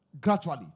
Gradually